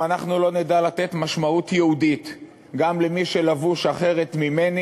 אנחנו לא נדע לתת משמעות יהודית גם למי שלבוש אחרת ממני,